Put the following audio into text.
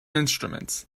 instruments